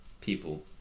people